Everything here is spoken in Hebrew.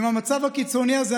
עם המצב הקיצוני הזה,